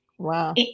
wow